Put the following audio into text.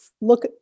look